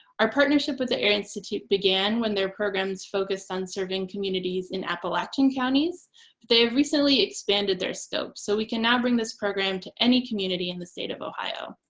our partnership with the air institute began when their programs focused on serving communities in appalachian counties, but they have recently expanded their scope so we can now bring this program to any community in the state of ohio.